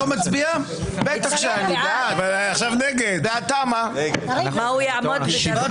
הצבעה מס' 1 בעד ההסתייגות 4 נגד, 7 נמנעים,